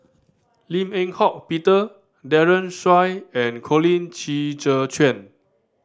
Lim Eng Hock Peter Daren Shiau and Colin Qi Zhe Quan